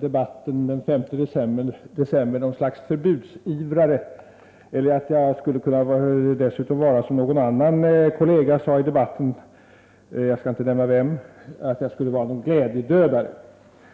debatten den 5 december. Jag är inte heller, som någon annan kollega — jag skall inte nämna vem — sade i debatten, någon glädjedödare.